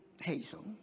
Hazel